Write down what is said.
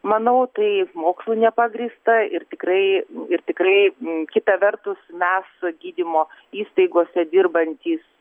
manau tai mokslu nepagrįsta ir tikrai ir tikrai m kita vertus mes gydymo įstaigose dirbantys